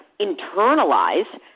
internalize